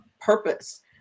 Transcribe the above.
purpose